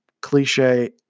cliche